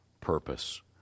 purpose